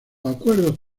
acuerdos